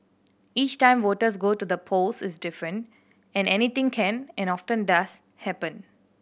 each time voters go to the polls is different and anything can and often does happen